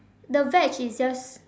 the veg is just